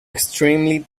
extremely